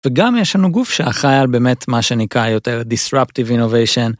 וגם יש לנו גוף שאחראי על באמת מה שנקרא יותר disruptive innovation.